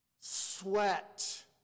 sweat